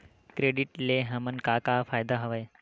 Credit ले हमन का का फ़ायदा हवय?